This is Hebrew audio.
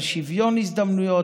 על שוויון הזדמנויות,